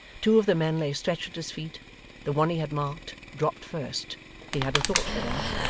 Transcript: two of the men lay stretched at his feet the one he had marked, dropped first he had a thought for that,